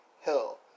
Hill